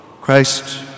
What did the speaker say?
Christ